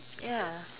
ya